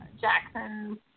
Jackson